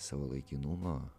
savo laikinumą